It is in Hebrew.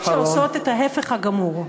הבטחות שעושות את ההפך הגמור.